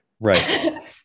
Right